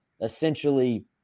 essentially